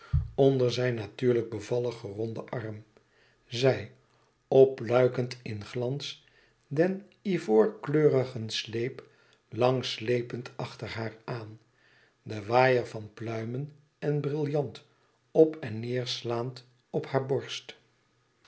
onder zijn natuurlijk bevallig geronden arm zij opluikend in glans den ivoorkleurigen sleep lang sleepend achter haar aan den waaier van pluimen en brillant op en neêr slaand op haar borst